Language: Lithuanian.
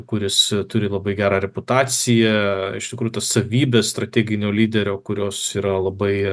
kuris turi labai gerą reputaciją iš tikrųjų tas savybės strateginio lyderio kurios yra labai